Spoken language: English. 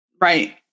Right